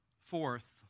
Fourth